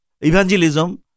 evangelism